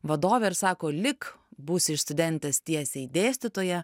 vadovė ir sako lik būsi iš studentės tiesiai dėstytoja